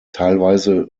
teilweise